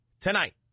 tonight